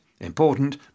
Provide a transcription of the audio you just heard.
Important